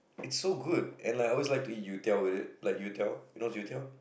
it's so good and like I always like to eat youtiao with it like you-tiao you know what's you-tiao